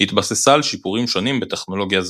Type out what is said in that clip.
התבססה על שיפורים שונים של טכנולוגיה זו.